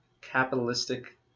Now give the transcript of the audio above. capitalistic